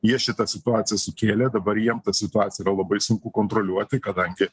jie šitą situaciją sukėlė dabar jiem tą situaciją yra labai sunku kontroliuoti kadangi